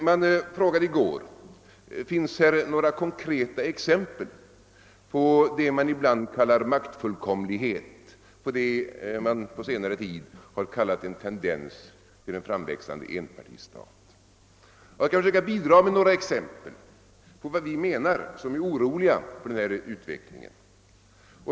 Det frågades i går, om det finns några konkreta exempel på det man ibland kallar maktfullkomlighet och det man på senare tid har kallat en tendens till en framväxande enpartistat. Jag skall försöka bidra med några exempel på vad vi menar som är oroliga för denna utveckling.